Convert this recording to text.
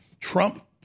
Trump